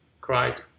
cried